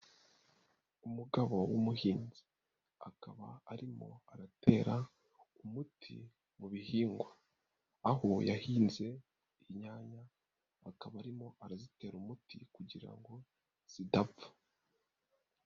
Umugabo w'umuhinzi. Akaba arimo aratera umuti mu bihingwa. Aho yahinze inyanya akaba arimo arazitera umuti kugira ngo zidapfa.